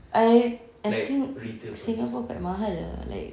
I I think singapore quite mahal lah like